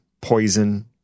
poison